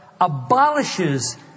abolishes